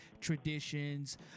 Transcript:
traditions